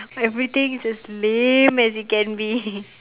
everything is just lame as it can be